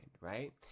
right